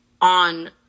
on